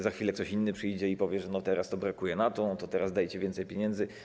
Za chwilę ktoś inny przyjdzie i powie, że teraz to brakuje na to i teraz dajcie więcej pieniędzy.